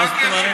מה פתאום?